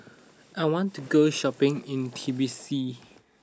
I want to go shopping in Tbilisi